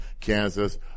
Kansas